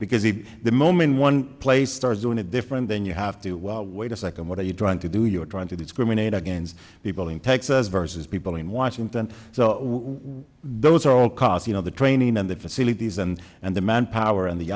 because he the moment one place starts doing it different then you have to wait a second what are you trying to do you're trying to discriminate against people in texas versus people in washington so when those are low cost you know the training and the facilities and and the manpower and the